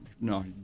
No